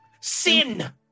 Sin